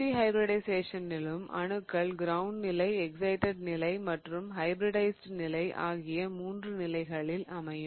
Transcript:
sp ஹைபிரிடிஷயேசனிலும் அணுக்கள் ground நிலை எஸ்சிடெட் நிலை மற்றும் ஹைபிரிடைஸிட் நிலை ஆகிய மூன்று நிலைகளில் அமையும்